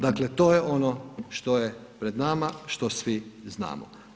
Dakle, to je ono što je pred nama što svi znamo.